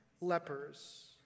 lepers